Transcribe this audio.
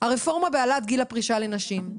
הרפורמה בהעלאת גיל הפרישה לנשים.